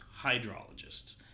hydrologists